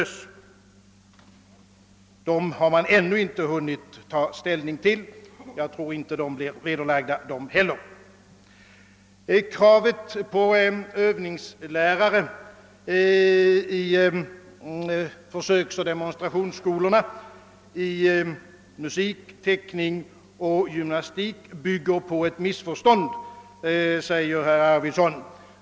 Dessa uttalanden har man ännu inte hunnit ta ställning till, men jag tror att inte heller de blir vederlagda. och demonstrationsskolorna i musik, teckning och gymnastik bygger på ett missförstånd, säger herr Arvidson.